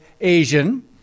Asian